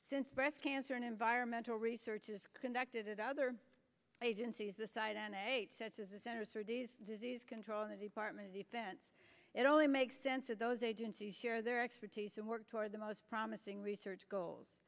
since breast cancer and environmental research is conducted at other agencies aside and eight such as the centers for disease disease control and the department of defense it only makes sense to those agencies share their expertise and work toward the most promising research goals